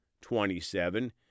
Twenty-seven